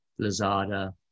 Lazada